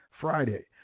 Friday